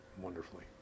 wonderfully